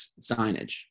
signage